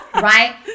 right